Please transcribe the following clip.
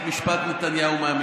משפט נתניהו.